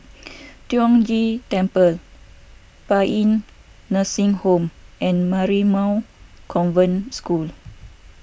Tiong Ghee Temple Paean Nursing Home and Marymount Convent School